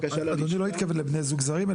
אדוני לא מתכוון לבני זוג שהם זרים,